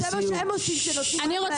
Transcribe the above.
אבל זה מה שהם עושים כשנותנים רק להם.